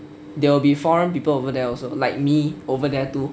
there will be foreign people over there also like me over there too